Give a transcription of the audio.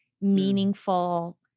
meaningful